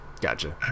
Gotcha